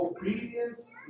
Obedience